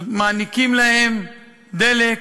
מעניקים להם דלק